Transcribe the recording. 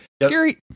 Gary